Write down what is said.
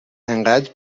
انقدر